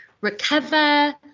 recover